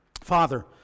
Father